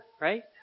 right